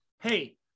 hey